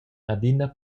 adina